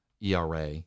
ERA